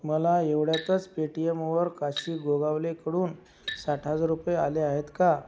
मला एवढ्यातच पे टी एमवर काशी गोगावलेकडून साठ हजार रुपये आले आहेत का